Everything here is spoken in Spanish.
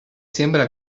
siembra